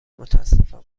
متاسفم